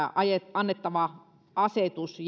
annettava asetus